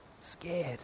scared